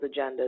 agendas